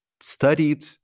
studied